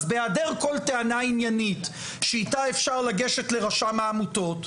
אז בהיעדר כל טענה עניינית שאיתה אפשר לגשת לרשם העמותות,